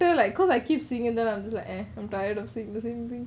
feel like cause I keep singing then I 'm just like eh I'm tired of saying the same thing